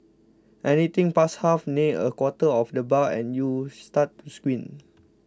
anything past half near a quarter of the bar and you start to squint